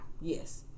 Yes